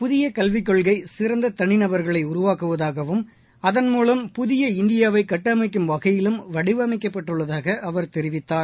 புதிய கல்விக் கொள்கை சிறந்த தனி நபர்களை உருவாக்கவும் அதன் மூலம் புதிய இந்தியாவை கட்டமைக்கும் வகையிலும் வடிவமைக்கப்பட்டுள்ளதாக அவர் தெரிவித்தார்